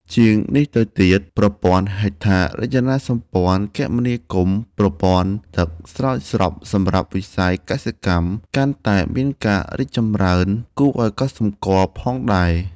ជាងនេះទៅទៀត ប្រពន្ធ័ហេដ្ឋារចនាសម្ពន្ធ័ គមនាគមន៏ ប្រពន្ធ័ទឹកស្រោចស្រពសំរាប់ វិស៍យកសិកម្ម កាន់តែមានការីកចំរើន គួរអោយកត់សំគាល់ផងដែរ ។